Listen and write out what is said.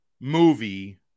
movie